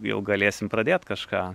jau galėsim pradėt kažką